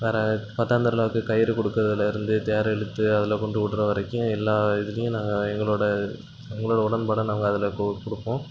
வேறு பத்தாம் திருவிழாவுக்கு கயிறு கொடுக்குறதுலேருந்து தேர் இழுத்து அதில் கொண்டு விடுற வரைக்கும் எல்லா இதுலையும் நாங்கள் எங்களோட முழு உடன்பாடை நாங்கள் அதில் கு கொடுப்போம்